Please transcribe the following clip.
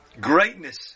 greatness